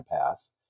Pass